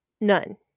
None